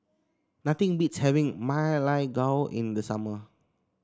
nothing beats having Ma Lai Gao in the summer